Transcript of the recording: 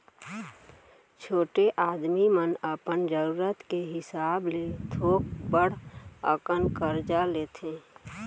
छोटे आदमी मन अपन जरूरत के हिसाब ले थोक बड़ अकन करजा लेथें